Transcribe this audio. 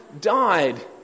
died